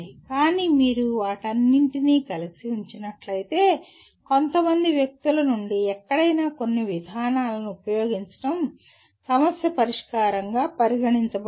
కానీ మీరు వాటన్నింటినీ కలిపి ఉంచినట్లయితే కొంతమంది వ్యక్తుల నుండి ఎక్కడైనా కొన్ని విధానాలను ఉపయోగించడం సమస్య పరిష్కారంగా పరిగణించబడుతుంది